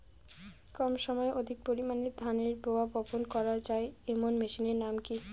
কম সময়ে অধিক পরিমাণে ধানের রোয়া বপন করা য়ায় এমন মেশিনের নাম কি?